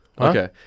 Okay